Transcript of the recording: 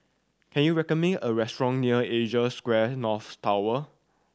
can you recommend me a restaurant near Asia Square North Tower